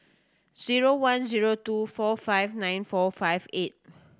zero one zero two four five nine four five eight